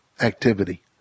activity